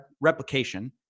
replication